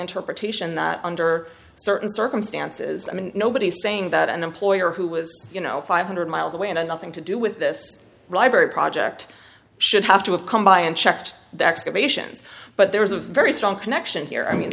interpretation that under certain circumstances i mean nobody's saying that an employer who was you know five hundred miles away in a nothing to do with this library project should have to have come by and checked the excavations but there is a very strong connection here i mean